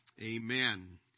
amen